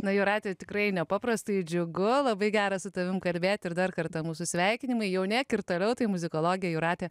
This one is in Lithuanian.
na jūrate tikrai nepaprastai džiugu labai gera su tavim kalbėti ir dar kartą mūsų sveikinimai jaunėk ir toliau tai muzikologė jūratė